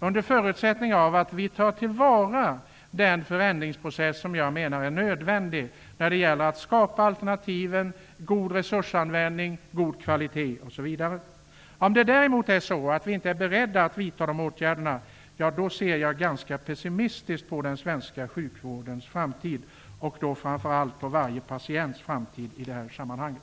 under förutsättning att vi tar till vara den förändringsprocess som jag menar är nödvändig när det gäller att skapa alternativen, god resursanvändning, god kvalitet osv. Om vi däremot inte skulle vara beredda att vidta de åtgärderna ser jag ganska pessismistiskt på den svenska sjukvårdens framtid, och då framför allt på framtiden för varje patient i det här sammanhanget.